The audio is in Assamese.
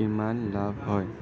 কিমান লাভ হয়